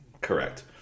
Correct